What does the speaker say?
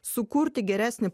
sukurti geresnį